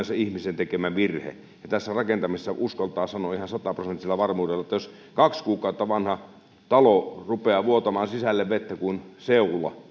se ihmisen tekemä virhe ja tässä rakentamisessa uskaltaa sanoa ihan sataprosenttisella varmuudella että jos kaksi kuukautta vanha talo rupeaa vuotamaan sisälle vettä kuin seula niin